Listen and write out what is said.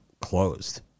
closed